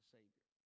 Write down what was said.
Savior